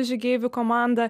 žygeivių komanda